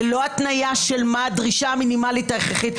ללא התניה של מה הדרישה המינימלית ההכרחית.